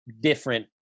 different